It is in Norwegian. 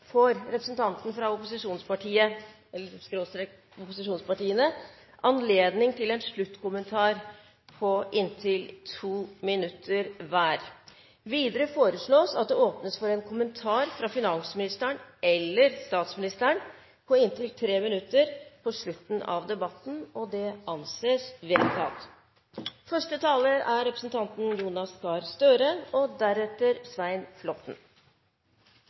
inntil 2 minutter hver. Videre foreslås at det åpnes for en kommentar fra finansministeren eller statsministeren på inntil 3 minutter på slutten av debatten. – Det anses vedtatt.